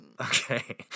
Okay